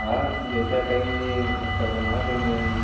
हाँ जैसा कहेंगे वैसा बनवा देंगे हम